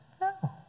No